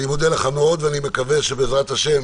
אני מודה לך מאוד, ואני מקווה שבעזרת השם